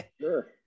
Sure